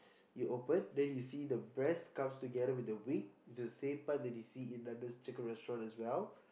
you open then you see the breast comes together with the wing it's the same part that you see in Nando's chicken restaurant as well